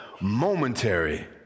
momentary